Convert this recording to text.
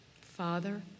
Father